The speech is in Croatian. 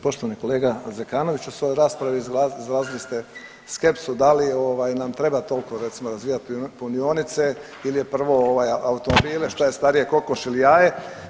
Poštovani kolega Zekanoviću, u svojoj raspravi izrazili ste skepsu da li ovaj nam treba tolko recimo razvijat punionice il je prvo ovaj automobile, šta je starije kokoš ili jaje.